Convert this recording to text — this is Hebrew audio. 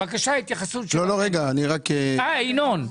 ינון.